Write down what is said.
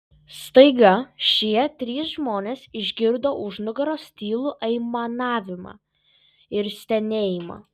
staiga šie trys žmonės išgirdo už nugaros tylų aimanavimą ir stenėjimą